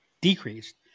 decreased